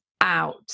out